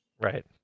Right